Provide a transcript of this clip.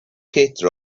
kate